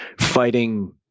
fighting